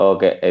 Okay